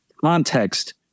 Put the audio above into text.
Context